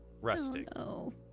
resting